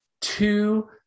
two